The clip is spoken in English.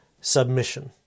submission